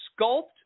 sculpt